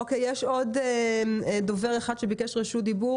אוקיי, יש עוד דובר אחד שביקש רשות דיבור.